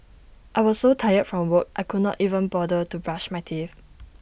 I was so tired from work I could not even bother to brush my teeth